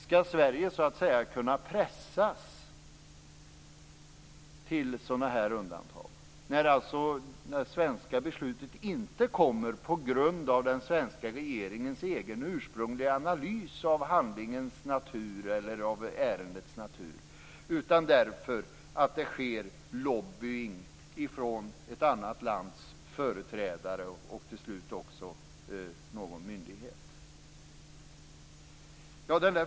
Skall Sverige kunna pressas till undantag, där det svenska beslutet inte tillkommer på grundval av den svenska regeringens egen ursprungliga analys av ärendets natur utan efter lobbying från ett annat lands företrädare och till slut också utländsk myndighet?